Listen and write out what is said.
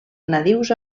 nadius